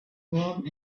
warm